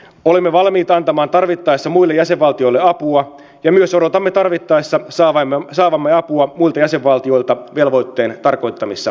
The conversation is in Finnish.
olemme valmiita antamaan tarvittaessa muille jäsenvaltioille apua ja myös odotamme tarvittaessa saavamme apua muilta jäsenvaltioilta velvoitteen tarkoittamissa tilanteissa